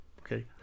Okay